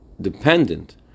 dependent